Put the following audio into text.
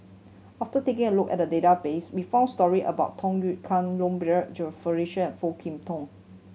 after taking a look at the database we found story about Tham Yui Kai Low Jimenez Felicia and Foo Kwee Horng